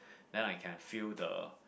then I can feel the